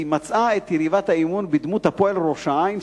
היא מצאה את יריבת האימון בדמות "הפועל ראש-העין",